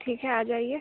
ठीक है आ जाइए